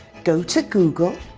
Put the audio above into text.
go to google,